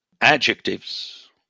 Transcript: adjectives